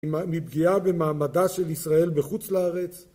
מפגיעה במעמדה של ישראל בחוץ לארץ?